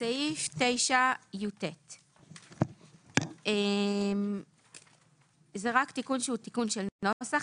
בסעיף 9יט. זה תיקון שהוא תיקון של נוסח.